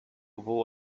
vou